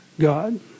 God